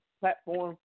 platform